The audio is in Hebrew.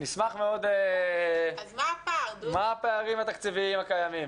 מה הפערים התקציביים הקיימים?